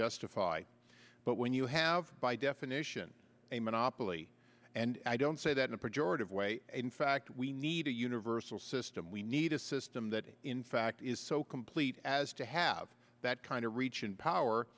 justify but when you have by definition a monopoly and i don't say that in a pejorative way in fact we need a universal system we need a system that in fact is so complete as to have that kind of reach and power